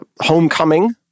Homecoming